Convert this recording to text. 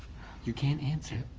you can't answer.